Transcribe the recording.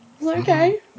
Okay